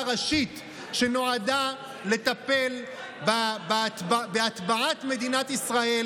ראשית שנועדה לטפל בהטבעת מדינת ישראל